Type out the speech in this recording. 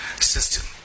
system